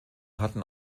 hatten